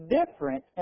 different